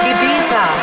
Ibiza